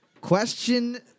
Question